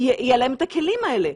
יהיו להם את הכלים האלה.